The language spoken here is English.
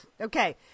Okay